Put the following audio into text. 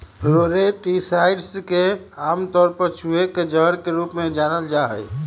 rodenticides के आमतौर पर चूहे के जहर के रूप में जानल जा हई